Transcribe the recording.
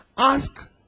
ask